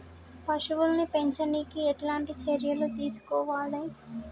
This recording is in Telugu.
పశువుల్ని పెంచనీకి ఎట్లాంటి చర్యలు తీసుకోవాలే?